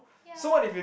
ya